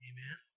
Amen